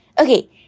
Okay